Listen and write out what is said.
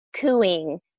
cooing